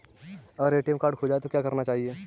अगर ATM card खो जाए तो क्या करना चाहिए?